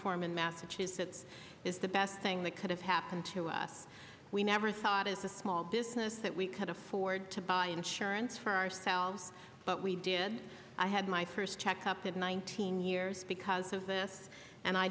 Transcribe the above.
form in massachusetts is the best thing that could have happened to us we never thought as a small business that we could afford to buy insurance for ourselves but we did i had my first check up to nineteen years because of this and i